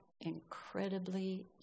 incredibly